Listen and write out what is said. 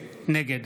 נגד